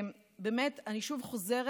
אני שוב חוזרת,